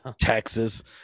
Texas